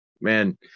man